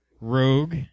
Rogue